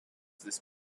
this